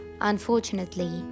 Unfortunately